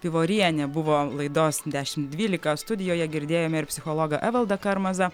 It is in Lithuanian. pivorienė buvo laidos dešim dvylika studijoje girdėjome ir psichologą evaldą karmazą